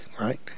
right